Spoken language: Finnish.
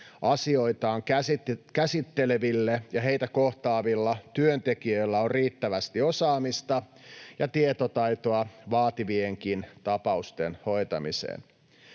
asioitaan käsittelevillä ja heitä kohtaavilla työntekijöillä on riittävästi osaamista ja tietotaitoa vaativienkin tapausten hoitamiseen.